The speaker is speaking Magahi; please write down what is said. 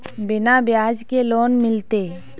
बिना ब्याज के लोन मिलते?